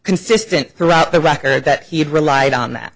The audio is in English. consistent throughout the record that he had relied on that